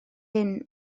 hyn